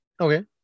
Okay